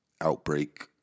Outbreak